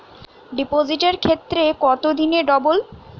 ডিপোজিটের ক্ষেত্রে কত দিনে ডবল?